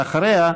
ואחריה,